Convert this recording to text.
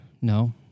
no